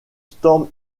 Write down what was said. storm